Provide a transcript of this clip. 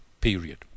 period